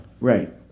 right